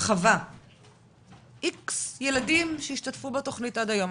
חווה X ילדים שהשתתפו בתוכנית עד היום.